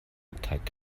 teig